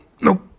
nope